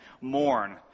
mourn